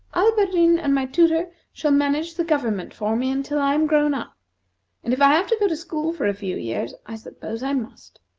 alberdin and my tutor shall manage the government for me until i am grown up and if i have to go to school for a few years, i suppose i must.